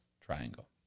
triangle